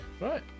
Right